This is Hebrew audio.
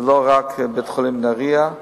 זה לא רק בית-חולים נהרייה,